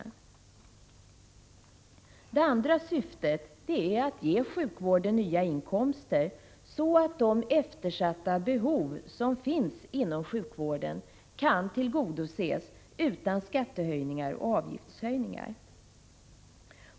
Det andra syftet är att ge sjukvården nya inkomster, så att de eftersatta behov som finns inom sjukvården kan tillgodoses utan skattehöjningar och avgiftshöjningar.